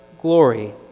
glory